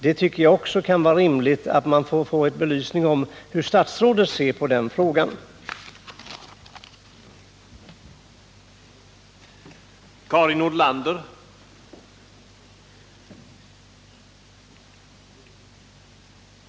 Det kan vara rimligt att få statsrådets syn på den frågan belyst.